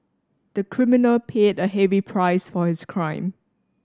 the criminal paid a heavy price for his crime